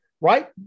right